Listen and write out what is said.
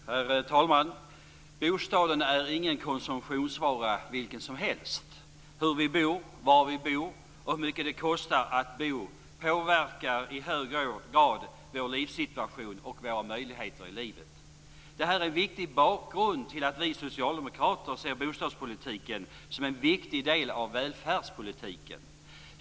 Herr talman! Bostaden är ingen konsumtionsvara vilken som helst. Hur vi bor, var vi bor och hur mycket det kostar att bo påverkar i hög grad vår livssituation och våra möjligheter i livet. Det här är en viktig bakgrund till att vi socialdemokrater ser bostadspolitiken som en viktig del av välfärdspolitiken.